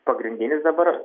pagrindinis dabar